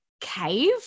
cave